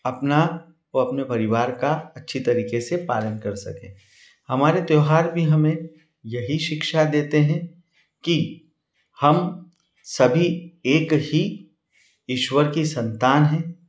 अपना व अपने परिवार का अच्छे तरीके से पालन कर सकें हमारे त्योहार भी हमें यही शिक्षा देते हैं कि हम सभी एक ही ईश्वर के संतान हैं